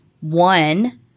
one